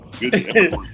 Good